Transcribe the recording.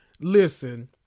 Listen